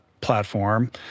platform